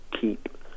keep